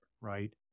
right